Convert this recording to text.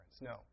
No